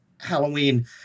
Halloween